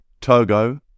Togo